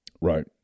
right